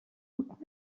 what